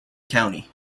county